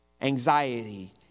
anxiety